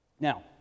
Now